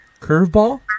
curveball